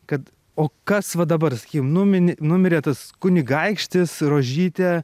kad o kas va dabar sakykim numini numirė tas kunigaikštis rožytė